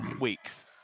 weeks